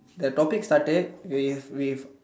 the topic started with with